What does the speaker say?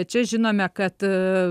čia žinome kad